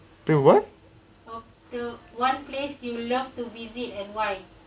pu~ what